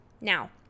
Now